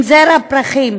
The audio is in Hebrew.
עם זר הפרחים,